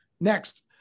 Next